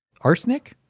arsenic